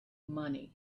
money